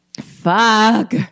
Fuck